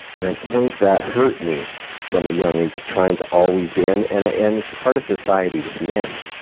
and i think that hurt me from a young age, trying to always be and and ah and it's part of society with men,